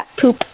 poop